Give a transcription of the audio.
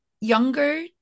younger